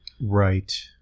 Right